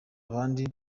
abandi